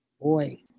Boy